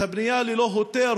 את הבנייה ללא היתר,